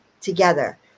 together